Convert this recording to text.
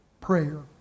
prayer